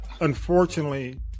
unfortunately